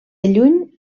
lluny